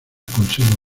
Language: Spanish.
conservo